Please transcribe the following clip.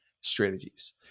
strategies